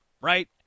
right